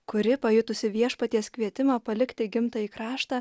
kuri pajutusi viešpaties kvietimą palikti gimtąjį kraštą